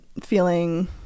feeling